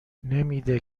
نمیده